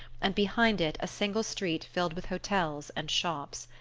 and behind it a single street filled with hotels and shops.